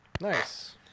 nice